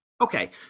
Okay